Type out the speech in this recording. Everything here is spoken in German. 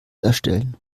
erstellen